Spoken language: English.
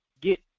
get